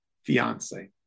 Fiance